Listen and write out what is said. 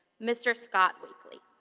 mr. scott wakely.